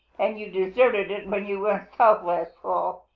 and you deserted it when you went south last fall.